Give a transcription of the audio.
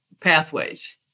pathways